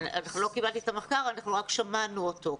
אנחנו לא קיבלנו את המחקר, אנחנו רק שמענו אותו.